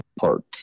Park